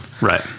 right